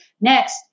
next